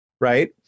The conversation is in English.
right